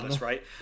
right